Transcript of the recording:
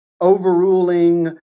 overruling